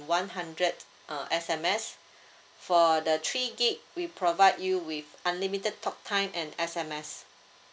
one hundred uh S_M_S for the three gig we provide you with unlimited talk time and S_M_S